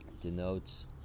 denotes